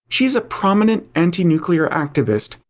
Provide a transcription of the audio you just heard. she's a prominent anti-nuclear activist,